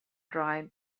dry